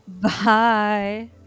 Bye